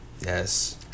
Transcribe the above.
Yes